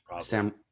Sam